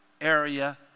area